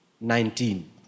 Nineteen